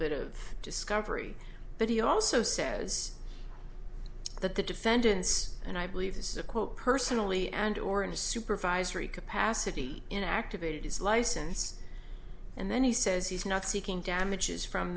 bit of discovery but he also says that the defendants and i believe this is a quote personally and or in a supervisory capacity in activated his license and then he says he's not seeking damages from